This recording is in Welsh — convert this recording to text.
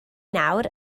nawr